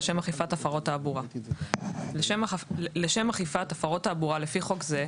לשם אכיפת הפרות תעבורה26.לשם אכיפת הפרות תעבורה לפי חוק זה,